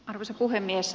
arvoisa puhemies